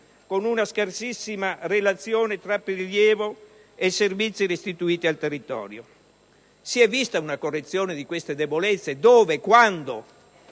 con una scarsissima relazione tra prelievo e servizi restituiti al territorio. Si è vista una correzione di queste debolezze? Dove, quando?